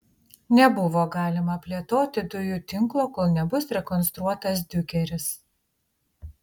nebuvo galima plėtoti dujų tinklo kol nebus rekonstruotas diukeris